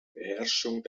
beherrschung